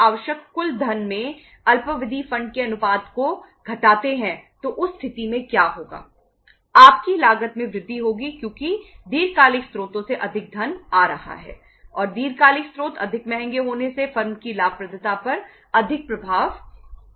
आपकी लागत में वृद्धि होगी क्योंकि दीर्घकालिक स्रोतों से अधिक धन आ रहा है और दीर्घकालिक स्रोत अधिक महंगे होने से फर्म की लाभप्रदता पर अधिक प्रभाव पड़ता है